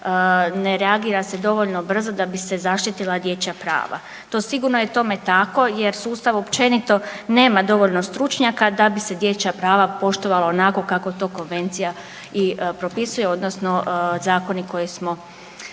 ne reagira se dovoljno brzo da bi se zaštitila dječja prava. To sigurno je tome tako jer sustav općenito nema dovoljno stručnjaka da bi se dječja prava poštovala onako kako to konvencija i propisuje, odnosno zakoni koje smo